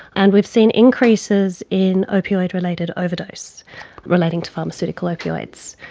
and we've seen increases in opioid related overdose relating to pharmaceutical opioids.